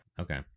okay